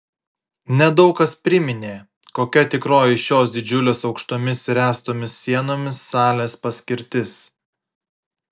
nedaug kas priminė kokia tikroji šios didžiulės aukštomis ręstomis sienomis salės paskirtis